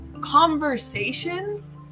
conversations